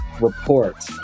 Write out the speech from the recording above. Report